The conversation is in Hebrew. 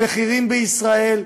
המחירים בישראל,